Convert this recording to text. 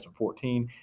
2014